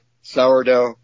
sourdough